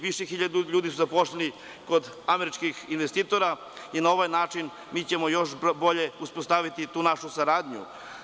Više hiljada ljudi su zaposleni kod američkih investitora i na ovaj način mi ćemo još bolje uspostaviti našu saradnju.